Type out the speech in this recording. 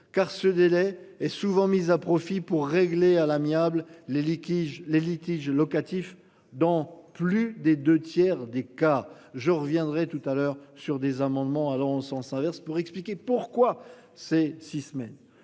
car ce délai est souvent mise à profit pour régler à l'amiable les litiges les litiges locatifs dans plus des 2 tiers des cas. Je reviendrai tout à l'heure sur des amendements allant en sens inverse pour expliquer pourquoi ces six semaines